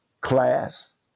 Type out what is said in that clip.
class